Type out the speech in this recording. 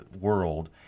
world